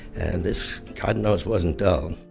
and this, god knows, wasn't dull.